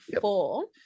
four